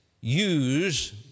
use